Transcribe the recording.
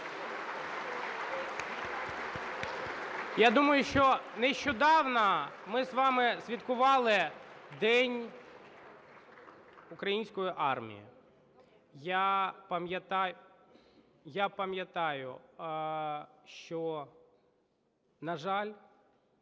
Я думаю, що нещодавно ми з вами святкували День української армії. Я пам’ятаю, що, на жаль,